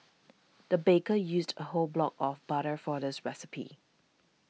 the baker used a whole block of butter for this recipe